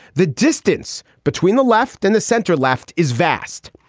the distance between the left and the center left is vast.